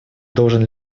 должен